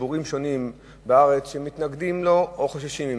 וציבור שונה שמתנגדים לו או חוששים ממנו.